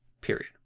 Period